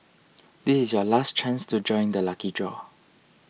this is your last chance to join the lucky draw